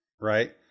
right